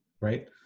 right